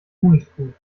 tunichtgut